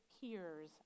peers